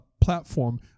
platform